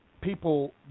People